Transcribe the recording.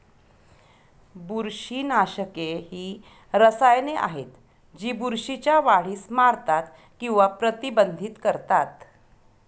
बुरशीनाशके ही रसायने आहेत जी बुरशीच्या वाढीस मारतात किंवा प्रतिबंधित करतात